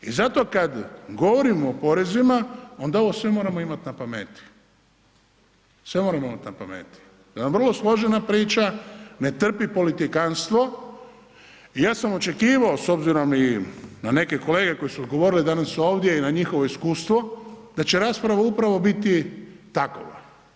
I zato kad govorimo o porezima onda ovo sve moramo imat na pameti, sve moramo imat na pameti, jedna vrlo složena priča, ne trpi politikanstvo, ja sam očekivao s obzirom i na neke kolege koji su govorili danas ovdje i na njihovo iskustvo da će rasprava upravo biti takova.